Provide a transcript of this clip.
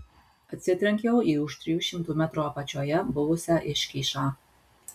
atsitrenkiau į už trijų šimtų metrų apačioje buvusią iškyšą